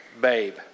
babe